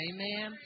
Amen